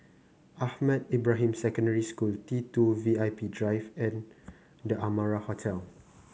Ahmad Ibrahim Secondary School T two V I P Drive and The Amara Hotel